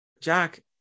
Jack